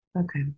okay